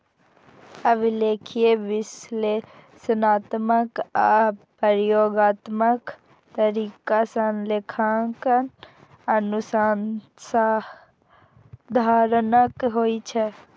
अभिलेखीय, विश्लेषणात्मक आ प्रयोगात्मक तरीका सं लेखांकन अनुसंधानक होइ छै